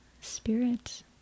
spirit